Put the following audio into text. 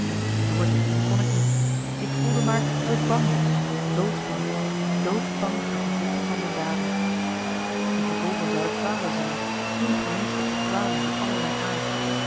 doordenken kon ik niet ik voelde maar dat ik bang was doodsbang doodsbang voor de gevolgen van mijn daden die gevolgen zouden kwalen zijn ongeneeslijke kwalen van allerlei aard